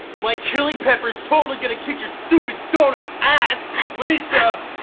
my chilli pepper is totally going to kick your stupid doughnut's ass when it's a.